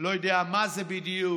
לא יודע מה זה בדיוק.